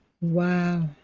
Wow